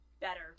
better